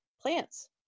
plants